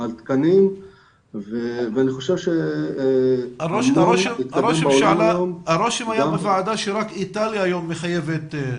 על תקנים ואני חושב ש --- הרושם בוועדה היה שרק איטליה היום מחייבת.